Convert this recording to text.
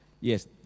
Yes